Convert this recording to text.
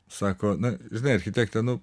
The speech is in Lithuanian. sako na žinai architekte nu